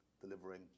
delivering